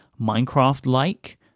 Minecraft-like